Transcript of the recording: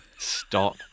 Stop